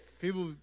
People